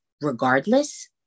regardless